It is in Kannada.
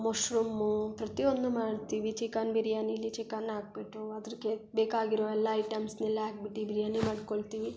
ಮಶ್ರುಮೂ ಪ್ರತಿಯೊಂದನ್ನೂ ಮಾಡ್ತೀವಿ ಚಿಕನ್ ಬಿರ್ಯಾನಿಲಿ ಚಿಕನ್ ಹಾಕ್ಬಿಟ್ಟು ಅದ್ರ್ಗೆ ಬೇಕಾಗಿರೋ ಎಲ್ಲ ಐಟಮ್ಸ್ನೆಲ್ಲ ಹಾಕ್ಬಿಟ್ಟಿ ಬಿರ್ಯಾನಿ ಮಾಡ್ಕೊಳ್ತೀವಿ